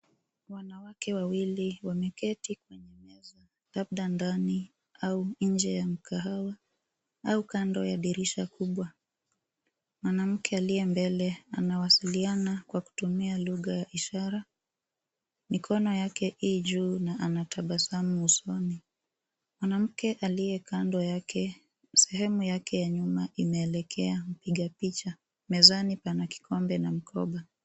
Wanawake wawili wameketi kwenye meza labda ndani au nje ya mkahawa au kando ya dirisha kubwa. Mwanamke aliye mbele anawasiliana kwa kutumia lugha ya ishara, mikono yake i juu na anatabasamu usoni. Mwanamke aliye kando yake sehemu yake ya nyuma imeelekea mpiga picha. Mezani pana kikombe na mkoba.